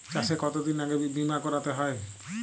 চাষে কতদিন আগে বিমা করাতে হয়?